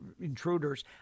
intruders